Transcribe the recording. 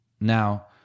Now